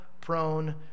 prone